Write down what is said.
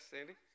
Sandy